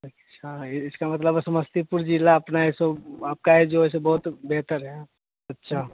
हाँ ये इसका मतलब समस्तीपुर ज़िले अपना है सो आपका है जो है सो बहुत बेहतर है अच्छा